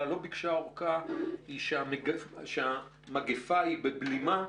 לא ביקשה אורכה היא שהמגיפה היא בבלימה,